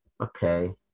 okay